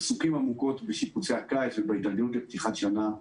עסוקים עמוקות בשיפוצי הקיץ ובהתארגנות לפתיחת שנת לימודים.